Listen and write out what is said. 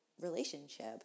relationship